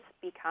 become